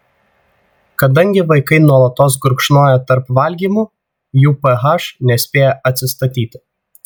kadangi vaikai nuolatos gurkšnoja tarp valgymų jų ph nespėja atsistatyti